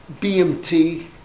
BMT